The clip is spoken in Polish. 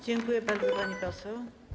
Dziękuję bardzo, pani poseł.